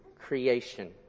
creation